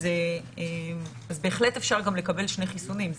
אז בהחלט אפשר גם לקבל שני חיסונים.